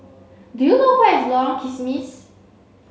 do you know where is Lorong Kismis